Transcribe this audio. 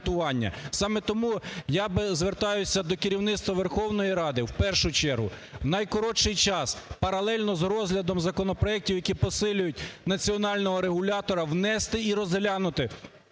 Саме тому я звертаюся до керівництва Верховної Ради, в першу чергу, в найкоротший час паралельно з розглядом законопроектів, які посилюють національного регулятора, внести і розглянути,